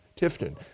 Tifton